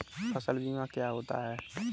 फसल बीमा क्या होता है?